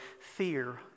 fear